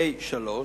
(ה)(3),